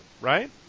right